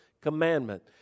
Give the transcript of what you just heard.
commandment